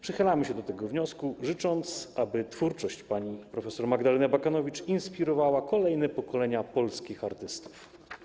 Przychylamy się do tego wniosku, życząc, aby twórczość pani prof. Magdaleny Abakanowicz inspirowała kolejne pokolenia polskich artystów.